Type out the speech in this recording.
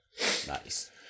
Nice